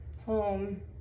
home